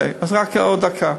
אז רק עוד דקה.